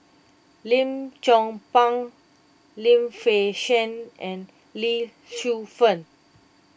Lim Chong Pang Lim Fei Shen and Lee Shu Fen